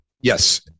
Yes